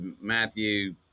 Matthew